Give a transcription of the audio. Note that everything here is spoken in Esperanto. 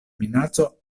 minaco